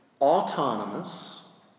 autonomous